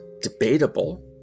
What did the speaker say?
debatable